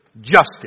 justice